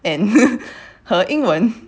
and her 英文